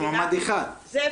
זה כשיש מועמד אחד.